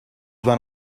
one